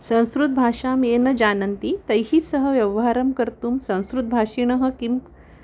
संस्कृतभाषां ये न जानन्ति तैः सह व्यवहारं कर्तुं संस्कृतभाषिणः किं